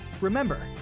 Remember